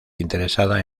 interesada